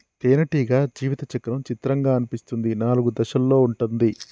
తేనెటీగ జీవిత చక్రం చిత్రంగా అనిపిస్తుంది నాలుగు దశలలో ఉంటుంది